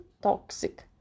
toxic